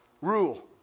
rule